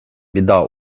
біда